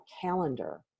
calendar